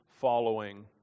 following